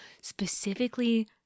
specifically